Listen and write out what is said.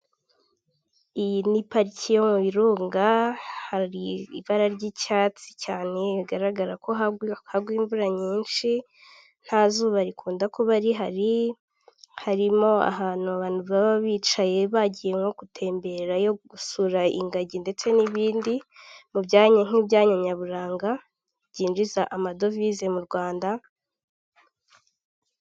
Iyi ni pariki yo mu birunga, hari ibara ry'icyatsi cyane bigaragara ko hagwa imvura nyinshi nta zuba rikunda kuba rihari, harimo ahantu abantu baba bicaye bagiye nko gutembererayo gusura ingagi ndetse n'ibindi, mu byanya nk'ibyanya nyaburanga byinjiza amadovize mu Rwanda.